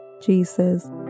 Jesus